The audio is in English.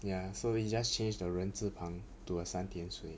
ya so we just change the 人字旁 to a 三点水